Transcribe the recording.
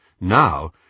Now